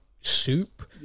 soup